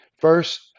First